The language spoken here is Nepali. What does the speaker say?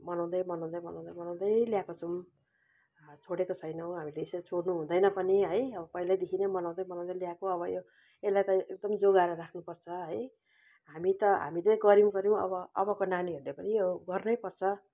मनाउँदै मनाउँदै मनाउँदै मनाउँदै ल्याएको छौँ छोडेको छैनौँ हामीले यसरी छोड्नु हुँदैन पनि है अब पहिल्यैदेखि नै मनाउँदै मनाउँदै ल्याएको अब यो यसलाई त एकदम जोगाएर राख्नुपर्छ है हामी त हामीले गऱ्यौँ गऱ्यौँ अबको नानीहरूले पनि यो गर्नै पर्छ